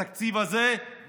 התקציב הזה הוא